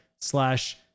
slash